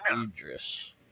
Idris